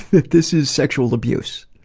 that this is sexual abuse?